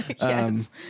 Yes